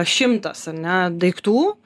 šimtas ar ne daiktų